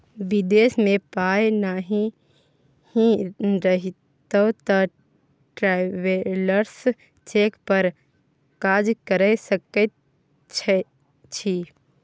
विदेश मे पाय नहि रहितौ तँ ट्रैवेलर्स चेक पर काज कए सकैत छी